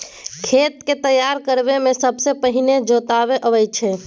खेत केँ तैयार करब मे सबसँ पहिने जोतब अबै छै